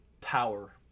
Power